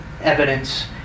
evidence